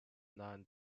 non